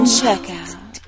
checkout